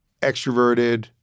extroverted